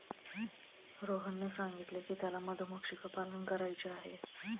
रोहनने सांगितले की त्याला मधुमक्षिका पालन करायचे आहे